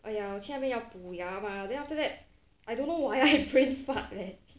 !aiya! 我去那边要补牙 mah then after that I don't know why I brain fuck leh